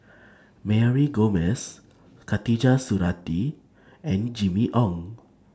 Mary Gomes Khatijah Surattee and Jimmy Ong